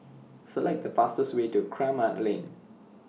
Select The fastest Way to Kramat Lane